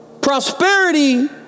Prosperity